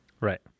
Right